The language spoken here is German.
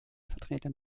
vertretern